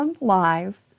live